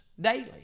daily